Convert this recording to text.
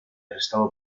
arrestada